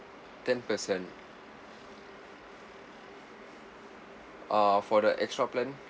ten percent ah for the extra plan